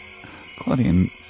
Claudine